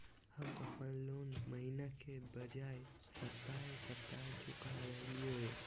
हम अप्पन लोन महीने के बजाय सप्ताहे सप्ताह चुका रहलिओ हें